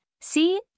See